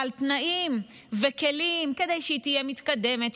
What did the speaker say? תנאים וכלים כדי שהיא תהיה מתקדמת,